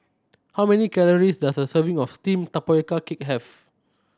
how many calories does a serving of steamed tapioca cake have